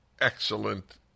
excellent